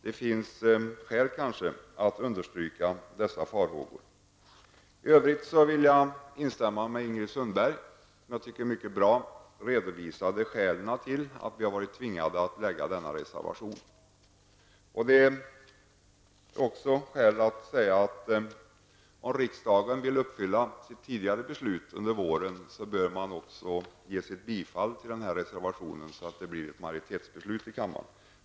Det finns kanske skäl att understryka dessa farhågor. Jag vill i övrigt instämma med Ingrid Sundberg, som jag tycker på ett mycket bra sätt redovisade skälen till att vi varit tvingade att avge denna reservation. Det finns också skäl att säga, att om riksdagen vill fullfölja det beslut som fattades tidigare under våren, bör riksdagen också ge sitt bifall till denna reservation, så att det blir ett majoritetsbeslut i kammaren.